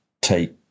take